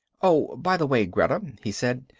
oh, by the way, greta, he said,